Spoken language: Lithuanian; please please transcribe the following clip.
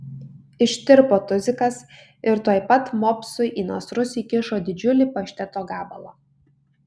ištirpo tuzikas ir tuoj pat mopsui į nasrus įkišo didžiulį pašteto gabalą